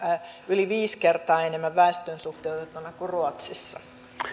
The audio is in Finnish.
yli viisi kertaa enemmän väestöön suhteutettuna kuin ruotsissa